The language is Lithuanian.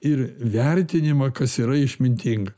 ir vertinimą kas yra išmintinga